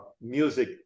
music